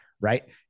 right